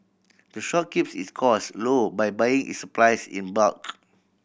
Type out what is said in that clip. the shop keeps its cost low by buying its supplies in bulk